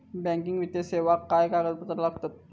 Banking वित्तीय सेवाक काय कागदपत्र लागतत?